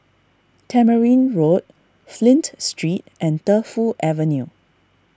Tamarind Road Flint Street and Defu Avenue